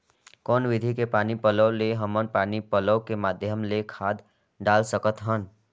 कौन विधि के पानी पलोय ले हमन पानी पलोय के माध्यम ले खाद डाल सकत हन?